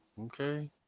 Okay